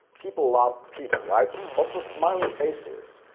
people love people, right? also smiling faces,